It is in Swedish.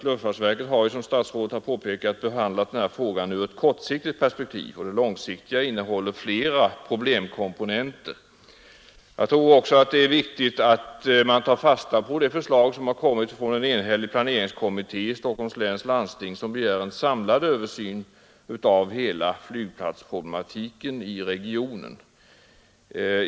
Luftfartsverket har ju, som statsrådet påpekar, behandlat den här frågan ur ett kortsiktigt perspektiv, och det långsiktiga innehåller fler problemkomponenter. Jag tror också att det är viktigt att man tar fasta på det förslag som kommit från en enhällig planeringskommitté i Stockholms läns landsting, som begär en samlad översyn över hela flygplatsproblematiken i regionen.